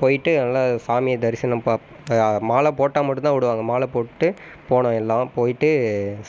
போய்ட்டு நல்ல சாமியை தரிசனம் ப மாலை போட்டால் மட்டும் தான் விடுவாங்க மாலை போட்டு போனோம் எல்லாம் போய்ட்டு